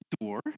door